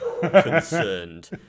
concerned